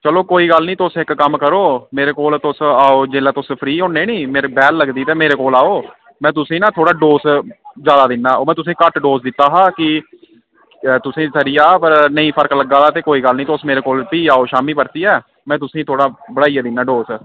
चलो कोई गल्ल नेईं तुस इक कम्म करो मेरे कोल तुस आओ जेल्लै तुस फ्री होन्ने नि मेरे बेह्ल लगदी ते मेरे कोल आओ मैं तुसें ना थोड़ा डोज ज्यादा दिन्ना ओह् मै तुसें घट्ट डोज दित्ता हा कि तुसें सरी जा पर नेईं फर्क लग्गै दा ते कोई गल्ल नि तुस मेरे कोल फ्ही आओ शामी परतियै में तुसें थोड़ा बधाइयै दिन्नां डोज